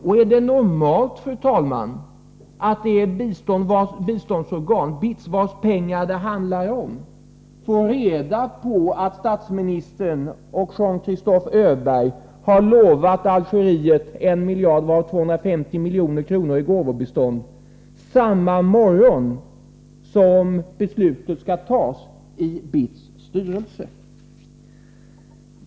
Och är det normalt, fru talman, att det biståndsorgan, BITS, vars pengar det handlar om, får reda på att statsministern och Jean Christophe Öberg har lovat Algeriet 1 miljard, varav 250 miljoner i gåvobistånd, samma morgon som beslutet skall fattas i BITS styrelse?